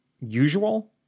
usual